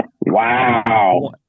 Wow